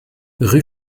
rue